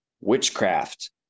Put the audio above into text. witchcraft